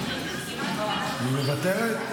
היא מוותרת?